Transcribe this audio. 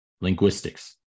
linguistics